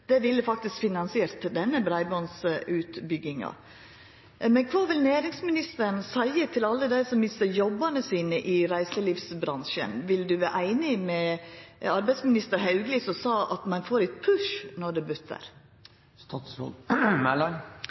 ville faktisk finansiert denne breibandutbygginga. Men kva vil næringsministeren seia til alle dei som mistar jobbane sine i reiselivsbransjen? Vil ho vera einig med arbeidsminister Hauglie, som sa: «Man får et push når det